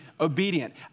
obedient